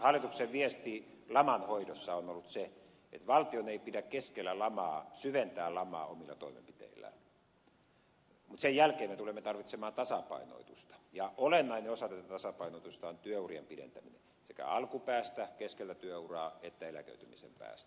ensinnäkin hallituksen viesti laman hoidossa on ollut se että valtion ei pidä keskellä lamaa syventää lamaa omilla toimenpiteillään mutta sen jälkeen me tulemme tarvitsemaan tasapainotusta ja olennainen osa tätä tasapainotusta on työurien pidentäminen sekä alkupäästä keskeltä työuraa että eläköitymisen päästä